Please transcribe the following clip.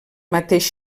mateix